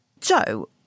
Joe